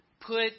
put